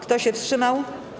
Kto się wstrzymał?